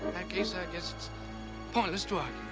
case i guess it's pointless to ah